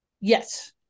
yes